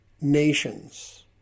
nations